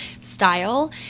style